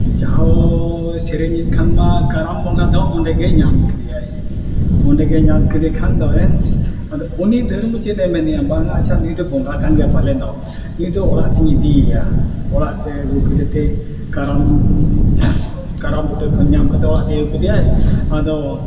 ᱡᱟᱦᱳᱭ ᱥᱮᱨᱮᱧᱮᱫ ᱠᱷᱟᱱ ᱢᱟ ᱠᱟᱨᱟᱢ ᱵᱚᱸᱜᱟ ᱫᱚ ᱚᱸᱰᱮ ᱜᱮᱭ ᱧᱟᱢ ᱠᱮᱫᱮᱭᱟᱭ ᱚᱸᱰᱮ ᱜᱮᱭ ᱧᱟᱢ ᱠᱮᱫᱮ ᱠᱷᱟᱱ ᱫᱚ ᱟᱫᱚ ᱩᱱᱤ ᱫᱷᱟᱨᱢᱩ ᱪᱮᱫ ᱮ ᱢᱮᱱᱮᱜᱼᱟ ᱵᱟᱝ ᱟᱪᱪᱷᱟ ᱱᱩᱭ ᱫᱚ ᱵᱚᱸᱜᱟ ᱠᱟᱱ ᱜᱮᱭᱟᱭ ᱯᱟᱞᱮᱱᱚᱜ ᱱᱩᱭ ᱫᱚ ᱚᱲᱟᱜ ᱛᱤᱧ ᱤᱫᱤᱭᱮᱭᱟ ᱚᱲᱟᱜ ᱛᱮ ᱟᱹᱜᱩ ᱠᱮᱫᱮ ᱛᱮᱭ ᱠᱟᱨᱟᱢ ᱠᱟᱨᱟᱢ ᱵᱩᱴᱟᱹ ᱠᱷᱚᱱ ᱧᱟᱢ ᱠᱟᱛᱮ ᱚᱲᱟᱜ ᱛᱮᱭ ᱟᱹᱜᱩ ᱠᱮᱫᱮᱭᱟᱭ ᱟᱫᱚ